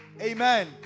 Amen